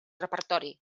repertori